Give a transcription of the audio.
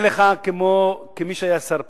אני פונה אליך, כמי שהיה שר הפנים.